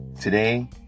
Today